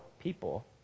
people